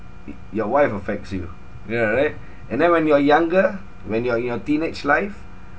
y~ your wife affects you yeah right and then when you are younger when you are in your teenage life